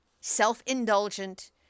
self-indulgent